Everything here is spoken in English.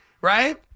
right